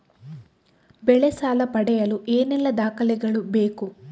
ಬೆಳೆ ಸಾಲ ಪಡೆಯಲು ಏನೆಲ್ಲಾ ದಾಖಲೆಗಳು ಬೇಕು?